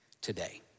today